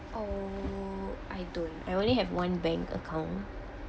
oh I don't I only have one bank account